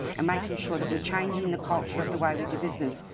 and making sure that we're changing the culture of the way we do business,